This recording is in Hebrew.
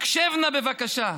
הקשב נא, בבקשה: